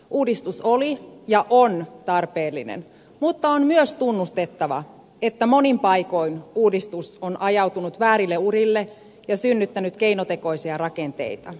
uudistus oli ja on tarpeellinen mutta on myös tunnustettava että monin paikoin uudistus on ajautunut väärille urille ja synnyttänyt keinotekoisia rakenteita